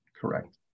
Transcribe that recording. correct